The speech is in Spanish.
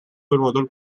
promotor